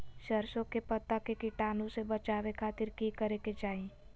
सरसों के पत्ता के कीटाणु से बचावे खातिर की करे के चाही?